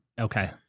Okay